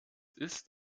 ist